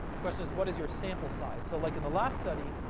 the question is, what is your sample size? so like in the last study,